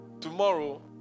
tomorrow